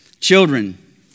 Children